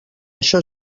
això